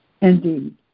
indeed